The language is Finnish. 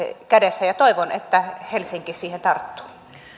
kädessä ja toivon että helsinki siihen tarttuu